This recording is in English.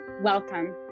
welcome